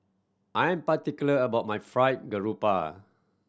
I am particular about my fried grouper